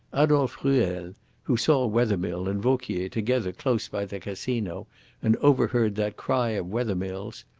adolphe ruel who saw wethermill and vauquier together close by the casino and overheard that cry of wethermill's,